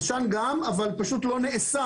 עשן גם אבל הוא פשוט לא נאסר.